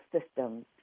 systems